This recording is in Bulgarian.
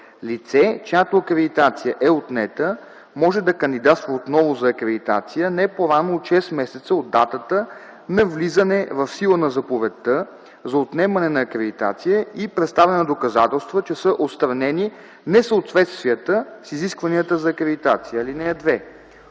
Лице, чиято акредитация е отнета, може да кандидатства отново за акредитация не по-рано от 6 месеца от датата на влизане в сила на заповедта за отнемане на акредитация и представяне на доказателства, че са отстранени несъответствията с изискванията за акредитация. (2)